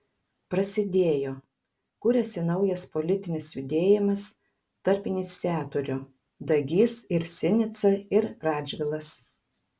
prasidėjo kuriasi naujas politinis judėjimas tarp iniciatorių dagys ir sinica ir radžvilas